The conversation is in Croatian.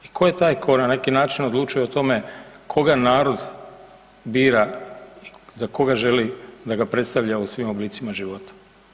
I tko je taj koji na neki način odlučuje o tome koga narod bira i za koga želi da ga predstavlja u svim oblicima života?